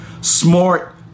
smart